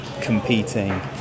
competing